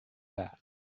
that